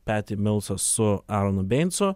peti milsas su aronu beincu